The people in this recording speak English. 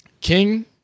king